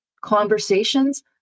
conversations